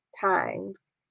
times